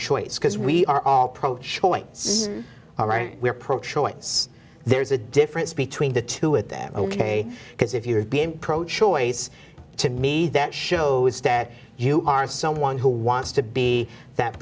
choice because we are all pro choice all right we're pro choice there's a difference between the two with that ok because if you have been pro choice to me that shows stat you are someone who wants to be that